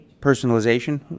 personalization